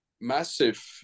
massive